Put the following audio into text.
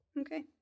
Okay